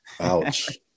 Ouch